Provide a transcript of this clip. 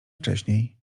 wcześniej